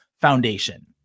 foundation